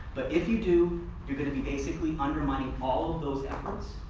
but if you do you're going to be basically undermining all of those efforts,